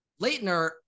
leitner